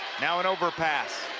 now an over pass.